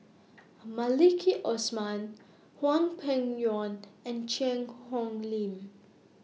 Maliki Osman Hwang Peng Yuan and Cheang Hong Lim